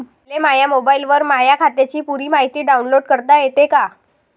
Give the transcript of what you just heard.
मले माह्या मोबाईलवर माह्या खात्याची पुरी मायती डाऊनलोड करता येते का?